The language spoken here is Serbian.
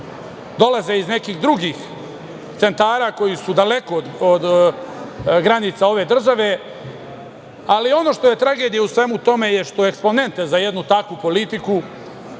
dolaze iz nekih drugih centara koji su daleko od granica ove države, ali ono što je tragedija u svemu tome je što eksponenta za jednu takvu politiku